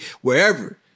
wherever